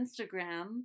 instagram